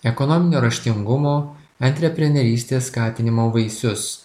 ekonominio raštingumo antreprenerystės skatinimo vaisius